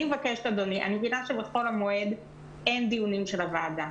אני מבינה שבחול המועד אין דיונים של הוועדה.